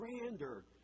grander